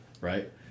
right